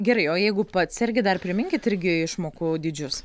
gerai o jeigu pats sergi dar priminkit irgi išmokų dydžius